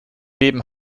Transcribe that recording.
leben